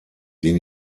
den